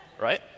Right